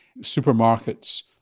supermarkets